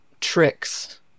tricks